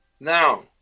Now